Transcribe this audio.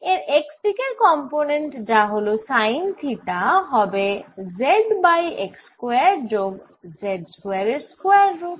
এর x দিকের component যা হল সাইন থিটা হবে z বাই x স্কয়ার যোগ z স্কয়ার এর স্কয়ার রুট